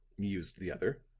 mused the other,